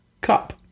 cup